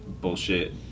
bullshit